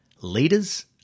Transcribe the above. Leaders